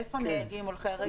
איפה נהרגים הולכי הרגל?